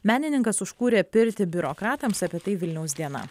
menininkas užkūrė pirtį biurokratams apie tai vilniaus diena